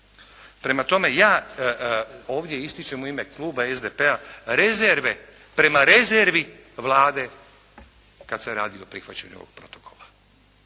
Prema tome, ja ovdje ističem u ime kluba SDP-a rezerve, prema rezervi Vlade kad se radi o prihvaćanju ovog protokola.